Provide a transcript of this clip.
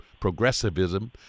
progressivism